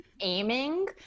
aiming